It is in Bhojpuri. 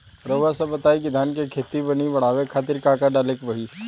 रउआ सभ बताई कि धान के दर मनी बड़ावे खातिर खेत में का का डाले के चाही?